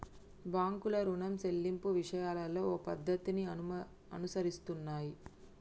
బాంకులు రుణం సెల్లింపు విషయాలలో ఓ పద్ధతిని అనుసరిస్తున్నాయి